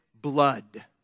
blood